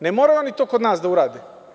Ne moraju oni to kod nas da urade.